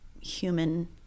human